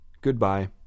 Goodbye